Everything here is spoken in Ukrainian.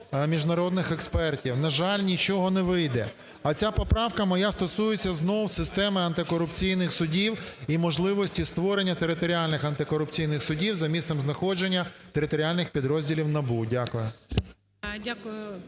міжнародних експертів, на жаль, нічого не вийде. А ця поправка моя стосується знов системи антикорупційних судів і можливості створення територіальних антикорупційних судів за місцем знаходження територіальних підрозділів НАБУ. Дякую.